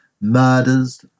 murders